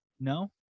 no